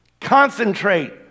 Concentrate